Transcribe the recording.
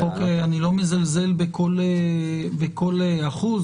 אני לא מזלזל בכל אחוז,